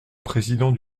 président